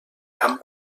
camp